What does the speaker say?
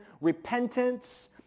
repentance